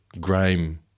grime